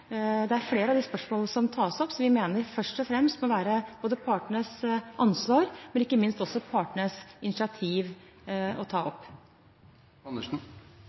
Det er flere av de spørsmålene som tas opp, som vi mener det først og fremst må være partenes ansvar og ikke minst partenes initiativ å ta